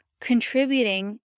contributing